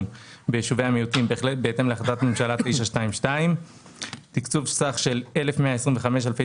ביישובי המיעוטים בהתאם להחלטת ממשלה 922. תקצוב סך של 1,125 אלפי